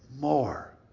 More